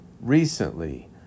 recently